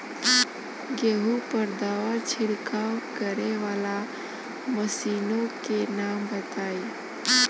गेहूँ पर दवा छिड़काव करेवाला मशीनों के नाम बताई?